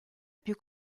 più